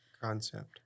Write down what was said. concept